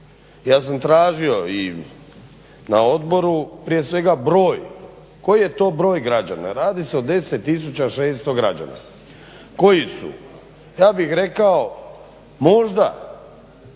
ja sam tražio i na odboru prije svega broj, koji je to broj građana. Radi se o 10600 građana koji su ja bih rekao možda